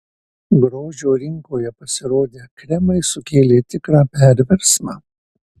grožio rinkoje pasirodę kremai sukėlė tikrą perversmą